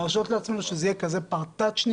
להרשות לעצמן שזה יהיה כזה פרטאצ'י,